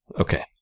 Okay